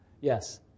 Yes